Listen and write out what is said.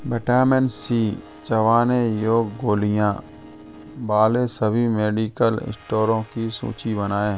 vitamin C चबाने योग गोलियाँ वाले सभी मेडिकल स्टोरों की सूची बनाएँ